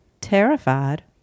terrified